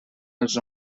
els